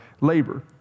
labor